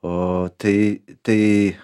o tai tai